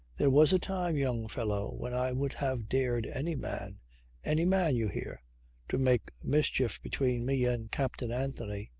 there was a time, young fellow, when i would have dared any man any man, you hear to make mischief between me and captain anthony.